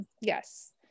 Yes